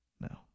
No